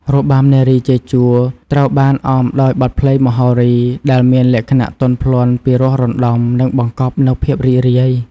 របាំនារីជាជួរត្រូវបានអមដោយបទភ្លេងមហោរី ដែលមានលក្ខណៈទន់ភ្លន់ ពីរោះរណ្ដំ និងបង្កប់នូវភាពរីករាយ។